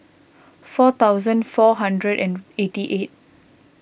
four thousand four hundred and eighty eight